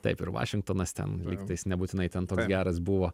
taip ir vašingtonas ten lygtais nebūtinai ten toks geras buvo